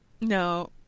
No